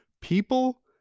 People